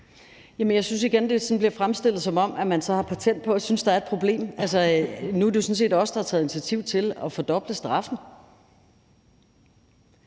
jeg synes igen, at det bliver fremstillet, som om man så har patent på at synes, at der er et problem. Nu er det jo sådan set os, der har taget initiativ til at fordoble straffen,